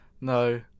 No